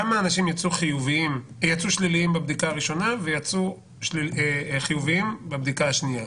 כמה אנשים יצאו שליליים בבדיקה הראשונה ויצאו חיוביים בבדיקה השנייה?